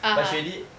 but she already